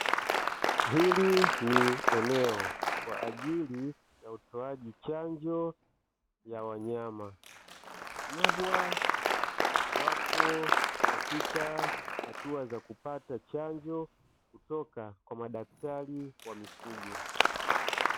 Hili ni eneo kwa ajili ya utoaji chanjo ya wanyama. Mbwa wapo katika hatua za kupata chanjo kutoka kwa madaktari wa mifugo.